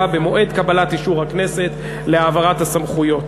במועד קבלת אישור הכנסת להעברת הסמכויות.